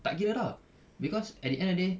tak kira dah cause at the end of day